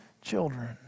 children